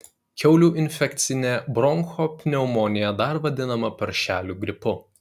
kiaulių infekcinė bronchopneumonija dar vadinama paršelių gripu